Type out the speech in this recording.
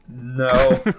No